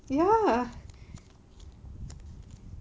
ya